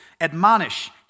Admonish